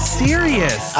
serious